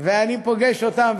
ואני פוגש אותם,